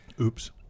oops